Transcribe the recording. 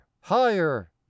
higher